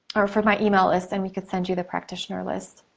or for my email list and we could send you the practitioner list.